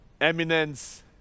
Eminence